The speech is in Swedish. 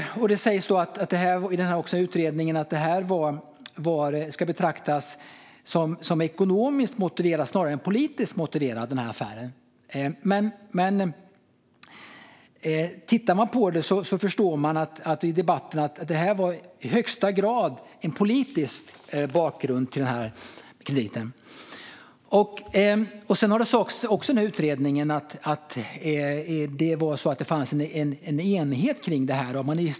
I utredningen sägs också att affären ska betraktas som ekonomiskt motiverad snarare än politiskt motiverad. Men av debatten att döma var bakgrunden till krediten i högsta grad politisk. Enligt utredningen fanns det en vetskap och enighet kring detta.